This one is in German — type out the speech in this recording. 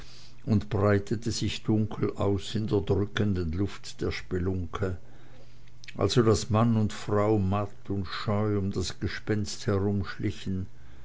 und breitete sich dunkel aus in der drückenden luft der spelunke also daß mann und frau matt und scheu um das gespenst